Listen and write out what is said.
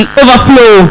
overflow